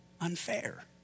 unfair